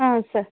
ಹ್ಞೂ ಸ